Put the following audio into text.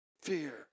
fear